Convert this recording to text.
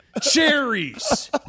Cherries